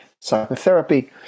psychotherapy